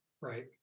right